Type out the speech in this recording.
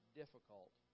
difficult